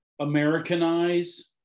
Americanize